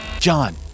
john